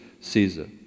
Caesar